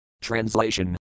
Translation